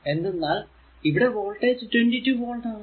എന്തെന്നാൽ ഇവിടെ voltage 22 volt ആണ്